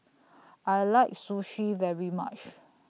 I like Sushi very much